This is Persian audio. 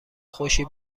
خوشی